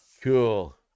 Cool